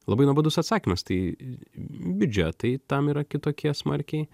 labai nuobodus atsakymas tai biudžetai tam yra kitokie smarkiai